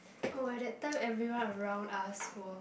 oh at that time everyone around us were